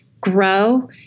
grow